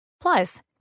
Plus